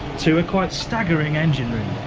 to a quite staggering engine room,